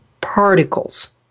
particles